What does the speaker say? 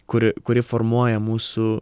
kuri kuri formuoja mūsų